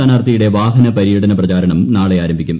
സ്ഥാനാർത്ഥിയുടെ വാഹന പര്യടന പ്രചാരണം നാളെ ആരംഭിക്കും